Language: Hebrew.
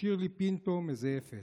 שירלי פינטו מזייפת,